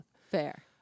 Fair